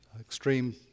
extreme